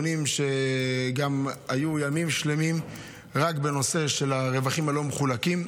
גם היו ימים שלמים רק בנושא של הרווחים הלא-מחולקים.